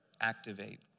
activate